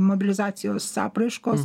mobilizacijos apraiškos